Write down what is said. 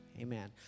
amen